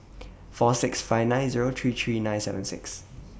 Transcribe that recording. four six five nine Zero three three nine seven six